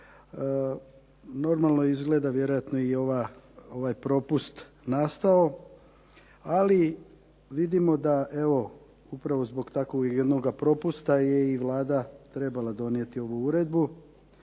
normalno izgleda vjerojatno i ovaj propust nastao. Ali vidimo da evo, upravo zbog takvog jednog propusta je i Vlada trebala donijeti ovu uredbu,